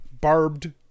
barbed